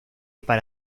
para